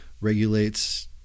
regulates